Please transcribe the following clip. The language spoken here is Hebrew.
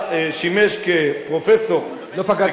ששימש כפרופסור, לא פגעת בו.